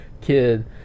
kid